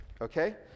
okay